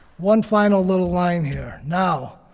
one final little line here. now,